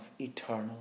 eternal